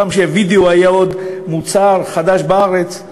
פעם כשהווידיאו עוד היה מוצר חדש בארץ,